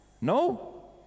No